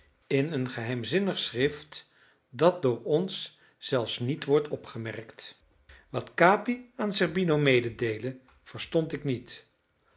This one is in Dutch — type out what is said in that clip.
in een geheimzinnig schrift dat door ons zelfs niet wordt opgemerkt wat capi aan zerbino mededeelde verstond ik niet